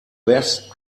best